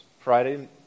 Friday